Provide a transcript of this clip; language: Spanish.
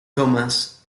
thomas